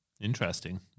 interesting